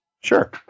Sure